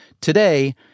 Today